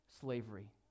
slavery